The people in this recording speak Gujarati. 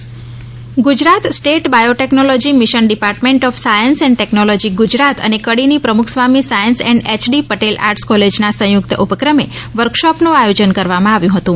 biotechnology Gujarat state biotechnology mission department of science and technology Gujarat અને કડીની Pramukh Swami science and A D Patel arts કોલેજના સંયુકત ઉપક્રમે વર્કશોપનુ આયોજન કરવામાં આવ્યુ હતુ